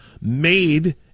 made